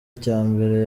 icyambere